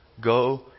go